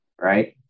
Right